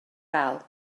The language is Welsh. gael